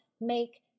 make